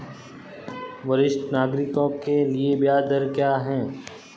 वरिष्ठ नागरिकों के लिए ब्याज दर क्या हैं?